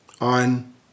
on